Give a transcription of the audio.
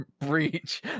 breach